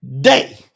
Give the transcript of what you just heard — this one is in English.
day